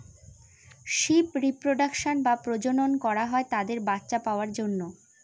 sheep reproduction বা প্রজনন করা হয় তাদের বাচ্চা পাওয়ার জন্য